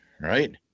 right